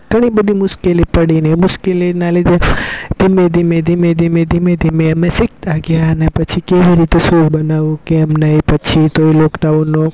ઘણીબધી મુશ્કેલી પડીને એ મુશ્કેલીના લીધે ધીમે ધીમે ધીમે ધીમે ધીમે ધીમે ધીમે અમે શીખતા ગયા અને પછી કેવી રીતે શું બનાવું કેમ નહીં પછી તો એ લોકડાઉનનો